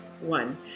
one